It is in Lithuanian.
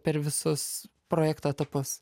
per visus projekto etapus